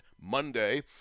Monday